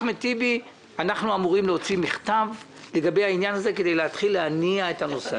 אנחנו אמורים להוציא מכתב כדי להתחיל להניע את הנושא.